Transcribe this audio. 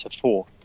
four